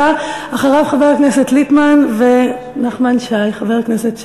אחריו, חבר הכנסת ליפמן ונחמן שי, חבר הכנסת שי.